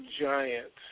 giant